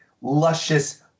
luscious